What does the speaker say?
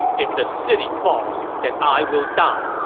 if the city falls, then i will die.